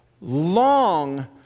long